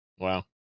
Wow